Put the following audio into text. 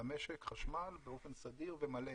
למשק חשמל באופן סדיר ומלא